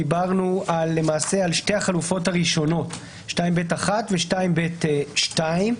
דיברנו למעשה על שתי החלופות הראשונות 2ב(1) ו-2ב(2).